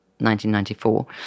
1994